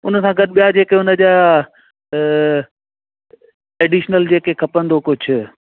उन सां गॾु ॿियां जेके उन जा एडिशनल जेके खपंदो कुझु